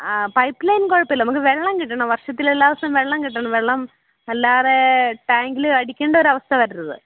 ആ pipe line കുഴപ്പമില്ല നമുക്ക് വെള്ളം കിട്ടണം വർഷത്തിലെല്ലാ ദിവസവും വെള്ളം കിട്ടണം വെള്ളം അല്ലാതേ ടാങ്കിൽ അടിക്കണ്ടൊരവസ്ഥ വരരുത്